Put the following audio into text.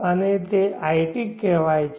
અને તે it કહેવામાં આવે છે